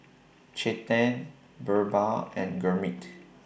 Chetan Birbal and Gurmeet